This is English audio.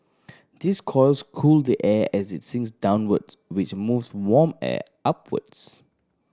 these coils cool the air as it sinks downwards which moves warm air upwards